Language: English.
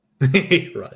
Right